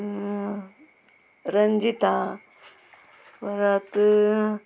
रंजिता परत